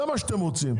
זה מה שאתם רוצים,